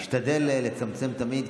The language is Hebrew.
נשתדל לצמצם תמיד,